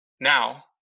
Now